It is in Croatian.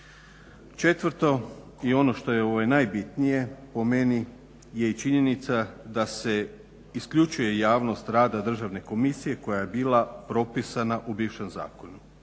Četvrto i ono što je najbitnije po meni je i činjenica da se isključuje javnost rada Državne komisije koja je bila propisana u bivšem zakonu.